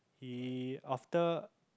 he after